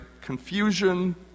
confusion